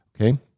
Okay